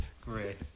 Great